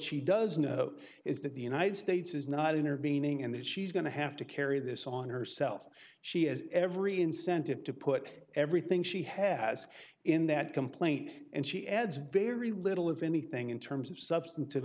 she does know is that the united states is not intervening and that she's going to have to carry this on herself she has every incentive to put everything she has in that complaint and she adds very little of anything in terms of substantive